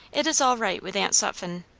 it is all right with aunt sutphen.